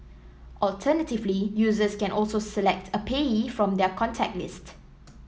alternatively users can also select a payee from their contact list